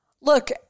look